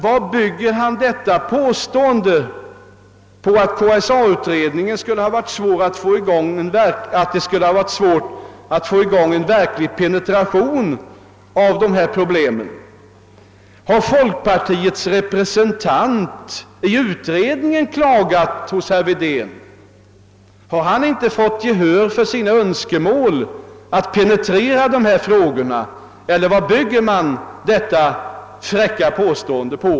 Varpå bygger herr Wedén sitt påstående om att det skulle ha varit svårt att få i gång en verklig penetration av dessa problem? Har folkpartiets representant i utredningen klagat hos herr Wedén? Har han inte fått gehör för sina önskemål om att penetrera dessa frågor, eller vad bygger man detta fräcka påstående på?